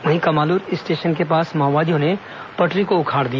वहीं कमालूर स्टेशन के पास माओवादियों ने पटरी को उखाड़ दिया